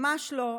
ממש לא,